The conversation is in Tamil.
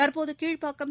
தற்போது கீழ்ப்பாக்கம்